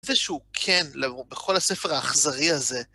איזה שהוא כן בכל הספר האכזרי הזה.